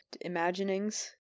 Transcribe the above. imaginings